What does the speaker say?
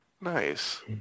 Nice